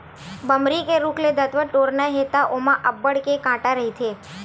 बमरी के रूख ले दतवत टोरना हे त ओमा अब्बड़ के कांटा रहिथे